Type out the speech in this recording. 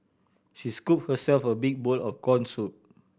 she scoop herself a big bowl of corn soup